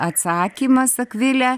atsakymas akvile